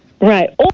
Right